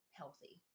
healthy